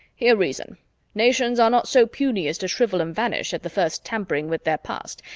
hear reason nations are not so puny as to shrivel and vanish at the first tampering with their past,